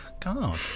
God